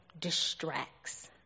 distracts